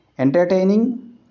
entertaining